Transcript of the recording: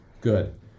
Good